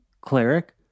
cleric